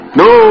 no